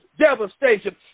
devastation